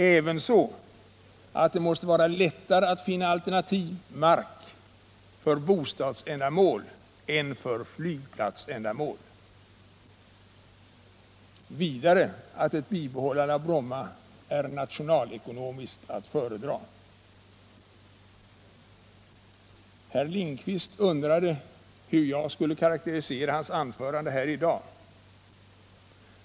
Ävenså att det måste vara lättare att finna alternativ mark för bostadsändamål än för flygplatsändamål. Slutligen att ett bi 165 behållande av Bromma är nationalekonomiskt att föredra. Herr Lindkvist undrade hur jag skulle karakterisera hans anförande här i dag.